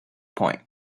point